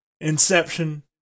Inception